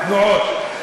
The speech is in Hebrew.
התנועות.